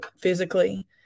physically